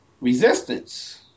resistance